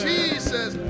Jesus